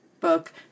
book